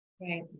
Right